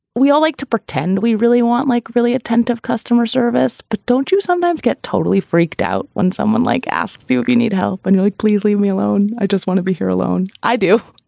we all like to pretend we really want like really attentive customer service. but don't you sometimes get totally freaked out when someone like asks you if you need help, when you like please leave me alone? i just want to be here alone. i do.